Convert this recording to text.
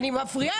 אני מפריעה?